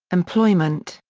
employment,